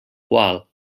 qual